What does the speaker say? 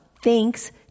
thanks